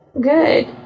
good